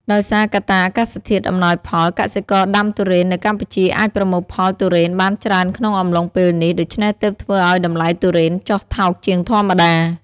ដោយសារកត្តាអាកាសធាតុអំណោយផល កសិករដាំទុរេននៅកម្ពុជាអាចប្រមូលផលទុរេនបានច្រើនក្នុងអំឡុងពេលនេះ ដូច្នេះទើបធ្វើឲ្យតម្លៃទុរេនចុះថោកជាងធម្មតា។